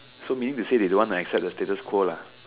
so meaning to say they don't want to accept the status quo lah